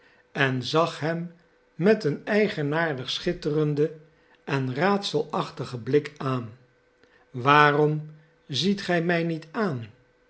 en zag hem met een eigenaardig schitterenden en raadselachtigen blik aan waarom ziet gij mij niet aan